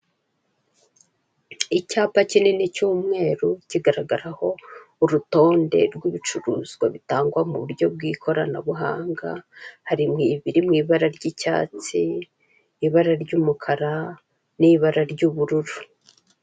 Icyapa kinini cy'umweru kigaragaraho urutonde rw'ibicuruzwa bitangwa mu buryo bw'ikoranabuhanga, hari ibiri mu ibara ry'icyatsi, ibara ry'umukara, n'ibara ry'ubururu.